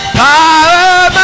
power